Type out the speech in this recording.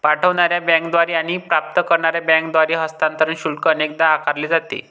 पाठवणार्या बँकेद्वारे आणि प्राप्त करणार्या बँकेद्वारे हस्तांतरण शुल्क अनेकदा आकारले जाते